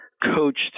coached